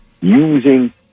using